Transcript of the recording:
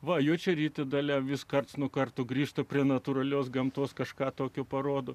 va juočerytė dalia vis karts nuo karto grįžta prie natūralios gamtos kažką tokio parodo